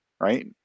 right